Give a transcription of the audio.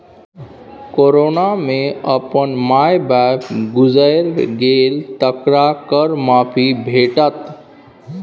corona मे अपन माय बाप गुजैर गेल तकरा कर माफी भेटत